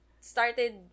started